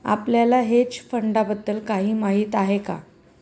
आपल्याला हेज फंडांबद्दल काही माहित आहे का?